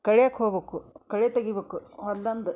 ಕಳ್ಯಾಕೆ ಹೋಗ್ಬಕು ಕಳೆ ತೆಗಿಬೇಕು ಹೊಲ್ದಂದು